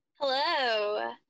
Hello